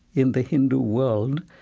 in the hindu world,